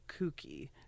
kooky